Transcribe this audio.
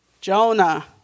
Jonah